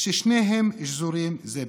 ששניהם שזורים זה בזה.